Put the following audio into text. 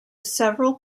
several